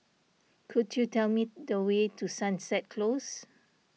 could you tell me the way to Sunset Close